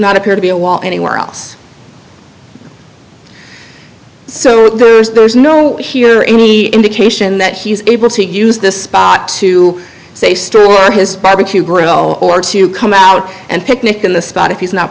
not appear to be a wall anywhere else so there's no here any indication that he's able to use this spot to say store his barbecue grill or to come out and picnic in the spot if he's not